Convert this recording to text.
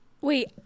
Wait